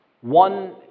One